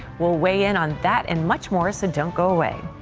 we'll weigh in on that and much more, so don't go away.